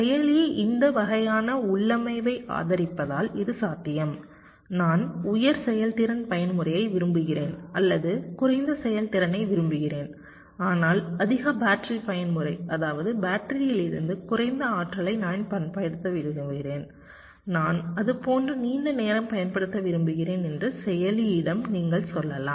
செயலி இந்த வகையான உள்ளமைவை ஆதரிப்பதால் இது சாத்தியம் நான் உயர் செயல்திறன் பயன்முறையை விரும்புகிறேன் அல்லது குறைந்த செயல்திறனை விரும்புகிறேன் ஆனால் அதிக பேட்டரி பயன்முறை அதாவது பேட்டரியிலிருந்து குறைந்த ஆற்றலை நான் பயன்படுத்த விரும்புகிறேன் நான் அது போன்ற நீண்ட நேரம் பயன்படுத்த விரும்புகிறேன் என்று செயலியிடம் நீங்கள் சொல்லலாம்